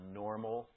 normal